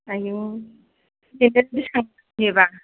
आयु बेसेबां बेसेबांनि बिबा